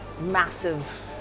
massive